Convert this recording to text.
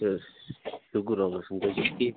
شُکُر رۄبس کُن تُہۍ چھِو حظ ٹھیٖک